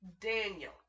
Daniel